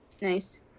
Nice